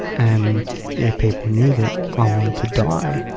and if people knew that i wanted to die,